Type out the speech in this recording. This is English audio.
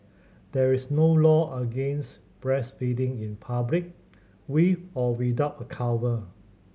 there is no law against breastfeeding in public with or without a cover